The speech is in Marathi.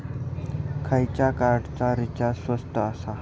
खयच्या कार्डचा रिचार्ज स्वस्त आसा?